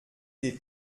des